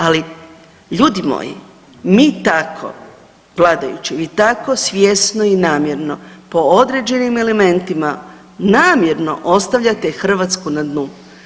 Ali, ljudi moji, mi tako vladajuće, vi tako svjesno i namjerno po određenim elementima namjerno ostavljate Hrvatsku na dnu.